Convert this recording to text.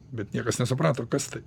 bet niekas nesuprato kas tai